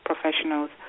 professionals